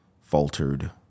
faltered